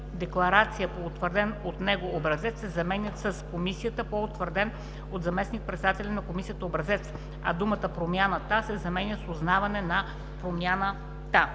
декларация по утвърден от него образец“ се заменят с „комисията по утвърден от заместник-председателя на комисията образец“, а думата „промяната“ се заменя с „узнаване за промяната“.